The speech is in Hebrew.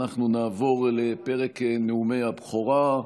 אנחנו נעבור לפרק נאומי הבכורה,